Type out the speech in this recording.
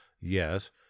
Yes